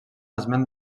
esment